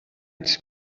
its